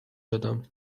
دادم